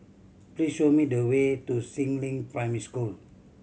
please show me the way to Si Ling Primary School